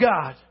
God